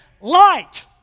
light